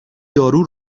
دارو